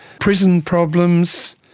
prison problems.